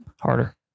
Harder